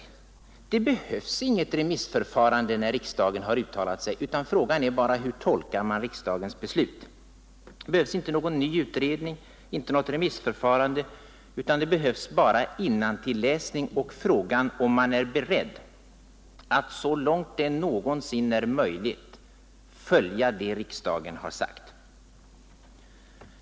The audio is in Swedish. Men det behövs inget remissförfarande när riksdagen har uttalat sig, utan frågan är bara: Hur tolkar man riksdagens beslut? Det behövs inte någon ny utredning, inte något remissförfarande, utan det behövs bara att man läser innantill och är beredd att så långt det någonsin är möjligt följa det riksdagen har sagt.